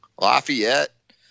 Lafayette